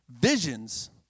Visions